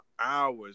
hours